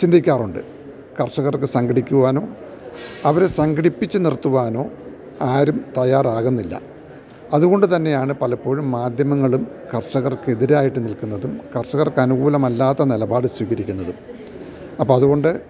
ചിന്തിക്കാറുണ്ട് കർഷകർക്കു സംഘടിക്കുവാനോ അവരെ സംഘടിപ്പിച്ചു നിർത്തുവാനോ ആരും തയ്യാറാകുന്നില്ല അതുകൊണ്ടു തന്നെയാണു പലപ്പോഴും മാധ്യമങ്ങളും കർഷകർക്കെതിരായിട്ടു നിൽക്കുന്നതും കർഷകർക്കനുകൂലമല്ലാത്ത നിലപാടു സ്വീകരിക്കുന്നതും അപ്പോഴതുകൊണ്ട്